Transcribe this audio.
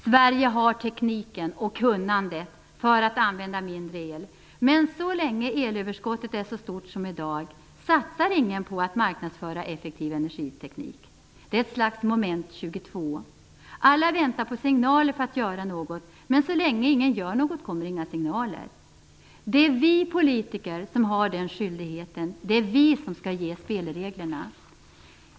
Sverige har tekniken och kunnandet för att använda mindre el, men så länge elöverskottet är så stort som i dag satsar ingen på att marknadsföra effektiv energiteknik. Det är ett slags moment 22. Alla väntar på signaler för att göra något, men så länge ingen gör något kommer inga signaler. Det är vi politiker som har den skyldigheten, det är vi som skall ge spelreglerna.